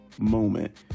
moment